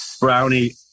Brownie